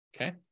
Okay